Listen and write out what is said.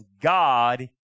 God